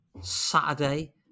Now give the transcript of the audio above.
Saturday